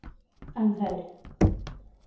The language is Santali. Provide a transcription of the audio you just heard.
ᱟᱸᱜᱷᱟᱲ